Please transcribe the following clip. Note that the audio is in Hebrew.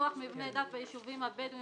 פיתוח מבני דת ביישובים הבדואים